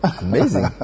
Amazing